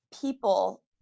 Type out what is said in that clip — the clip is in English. people